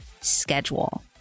schedule